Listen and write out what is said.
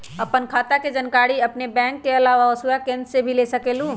आपन खाता के जानकारी आपन बैंक के आलावा वसुधा केन्द्र से भी ले सकेलु?